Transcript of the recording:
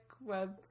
Web